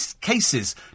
cases